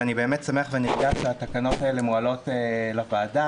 ואני באמת שמח ונרגש שהתקנות האלו מועלות לוועדה.